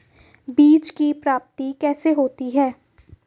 बीज की प्राप्ति कैसे होती है?